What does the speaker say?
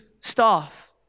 staff